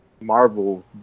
Marvel